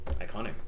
iconic